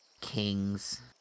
king's